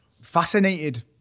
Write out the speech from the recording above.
fascinated